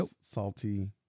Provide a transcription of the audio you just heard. salty